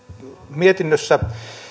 mietinnössä